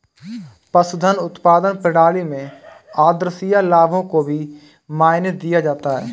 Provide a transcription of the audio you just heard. पशुधन उत्पादन प्रणाली में आद्रशिया लाभों को भी मायने दिया जाता है